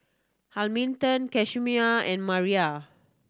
Hamilton Camisha and Marla